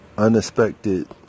Unexpected